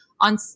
on